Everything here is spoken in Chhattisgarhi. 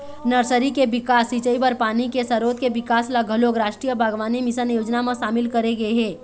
नरसरी के बिकास, सिंचई बर पानी के सरोत के बिकास ल घलोक रास्टीय बागबानी मिसन योजना म सामिल करे गे हे